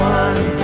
one